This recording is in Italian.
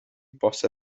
possa